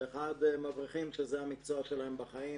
והשני זה מבריחים שזה המקצוע שלהם בחיים,